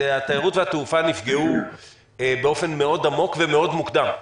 התיירות והתעופה נפגעו באופן עמוק מאוד ומוקדם מאוד.